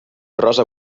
rosa